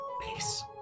Peace